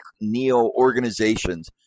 neo-organizations